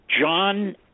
John